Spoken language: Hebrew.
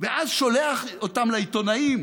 ואז שולח אותם לעיתונאים